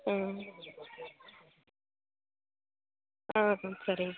ஆ ஓகேங்க சரிங்க